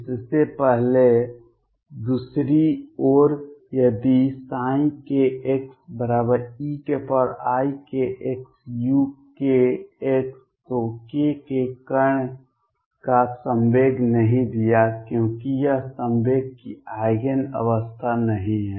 इससे पहले दूसरी ओर यदि kxeikxuk तो k ने कण का संवेग नहीं दिया क्योंकि यह संवेग की आइगेन अवस्था नहीं है